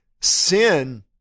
Sin